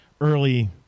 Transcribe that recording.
early